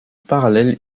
parallèle